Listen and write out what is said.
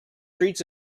streets